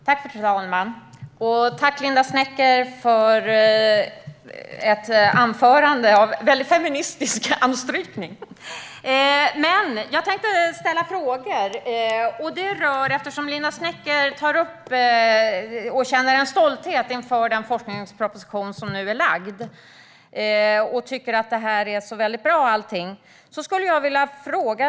Fru talman! Tack, Linda Snecker, för ett anförande med en mycket feministisk anstrykning. Linda Snecker känner stolthet över den framlagda forskningspropositionen och tycker att allt är bra.